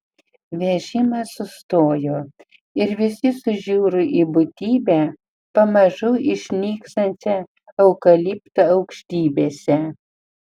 vežimas sustojo ir visi sužiuro į būtybę pamažu išnykstančią eukalipto aukštybėse